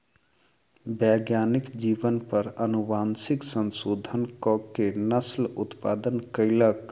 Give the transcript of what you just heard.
वैज्ञानिक जीव पर अनुवांशिक संशोधन कअ के नस्ल उत्पन्न कयलक